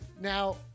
now